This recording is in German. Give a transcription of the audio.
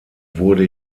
wurde